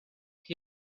here